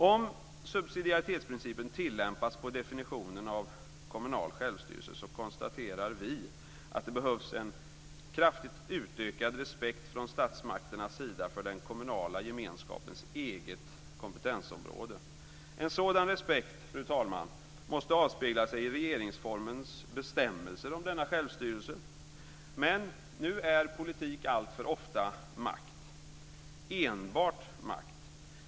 Om subsidiaritetsprincipen tillämpas på definitionen av kommunal självstyrelse konstaterar vi att det behövs en kraftigt utökad respekt från statsmakternas sida för den kommunala gemenskapens eget kompetensområde. En sådan respekt, fru talman, måste avspegla sig i regeringsformens bestämmelser om denna självstyrelse. Nu är politik alltför ofta makt, enbart makt.